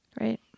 Right